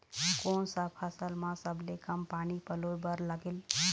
कोन सा फसल मा सबले कम पानी परोए बर लगेल?